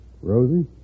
Rosie